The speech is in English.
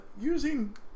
using